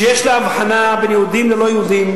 שיש לה הבחנה בין יהודים ללא-יהודים,